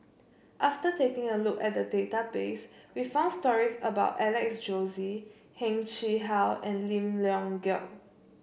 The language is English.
after taking a look at the database we found stories about Alex Josey Heng Chee How and Lim Leong Geok